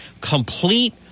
Complete –